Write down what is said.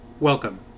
welcome